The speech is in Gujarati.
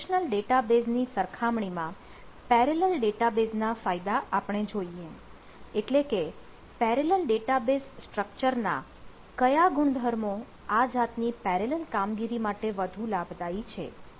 રિલેશનલ ડેટાબેઝની સરખામણીમાં પેરેલલ ડેટાબેઝ ના ફાયદા આપણે જોઈએ એટલે કે પેરેલલ ડેટાબેઝ સ્ટ્રક્ચર ના કયા ગુણધર્મો આ જાત ની પેરેલલ કામગીરી માટે વધુ લાભદાયી છે